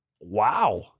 Wow